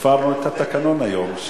הפרנו את התקנון היום.